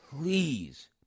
please